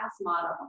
model